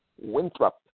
Winthrop